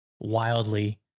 wildly